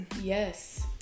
Yes